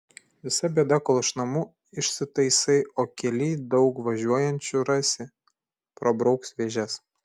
visa bėda kol iš namų išsitaisai o kelyj daug važiuojančių rasi prabrauks vėžes